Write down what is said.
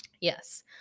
Yes